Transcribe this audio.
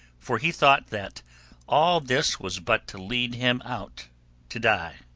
for he thought that all this was but to lead him out to die.